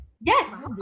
Yes